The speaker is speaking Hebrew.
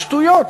שטויות,